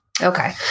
Okay